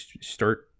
start